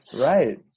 Right